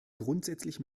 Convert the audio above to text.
grundsätzlich